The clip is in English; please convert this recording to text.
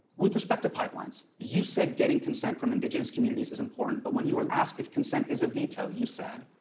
with respect to pipelines, you said getting consent from indigenous communities is important, but when you were asked if consent is a veto, you said.